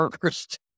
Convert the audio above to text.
first